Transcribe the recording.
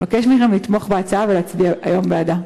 אבקש מכם לתמוך בהצעה ולהצביע היום בעדה.